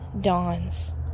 dawns